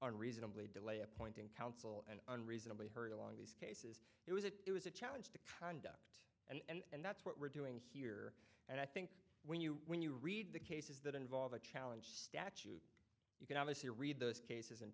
unreasonably delay appointing counsel and unreasonably hurried along these days it was it was a challenge to conduct and that's what we're doing here and i think when you when you read the cases that involve a challenge statute you can obviously read those cases